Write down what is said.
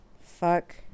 Fuck